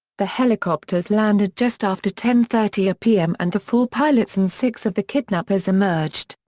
the helicopters landed just after ten thirty ah pm and the four pilots and six of the kidnappers emerged.